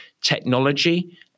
technology